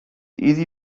easy